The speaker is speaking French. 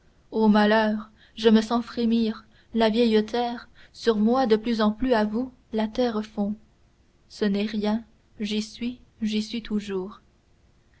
o malheur je me sens frémir la vieille terre sur moi de plus en plus à vous la terre fond ce n'est rien j'y suis j'y suis toujours